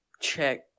check